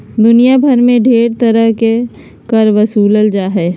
दुनिया भर मे ढेर तरह के कर बसूलल जा हय